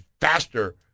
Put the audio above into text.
faster